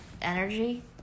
Energy